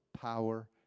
power